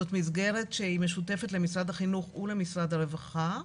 זאת מסגרת שהיא משותפת למשרד החינוך ולמשרד הרווחה.